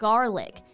Garlic